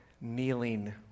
kneeling